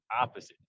opposite